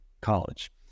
college